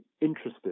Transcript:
interested